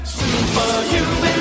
Superhuman